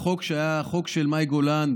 החוק של מאי גולן,